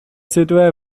světové